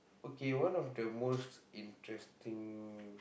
okay one of the most interesting